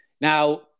Now